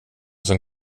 som